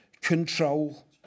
control